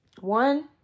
One